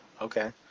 okay